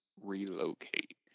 Relocate